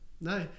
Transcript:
no